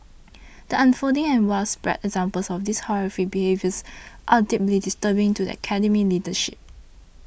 the unfolding and widespread examples of this horrific behaviours are deeply disturbing to the Academy's leadership